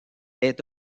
est